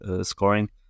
scoring